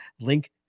Link